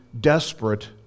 desperate